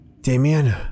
Damien